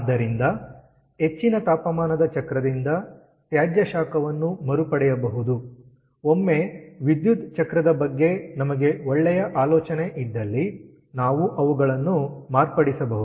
ಆದ್ದರಿಂದ ಹೆಚ್ಚಿನ ತಾಪಮಾನದ ಚಕ್ರದಿಂದ ತ್ಯಾಜ್ಯ ಶಾಖವನ್ನು ಮರುಪಡೆಯಬಹುದು ಒಮ್ಮೆ ವಿದ್ಯುತ್ ಚಕ್ರದ ಬಗ್ಗೆ ನಮಗೆ ಒಳ್ಳೆಯ ಆಲೋಚನೆ ಇದ್ದಲ್ಲಿ ನಾವು ಅವುಗಳನ್ನು ಮಾರ್ಪಡಿಸಬಹುದು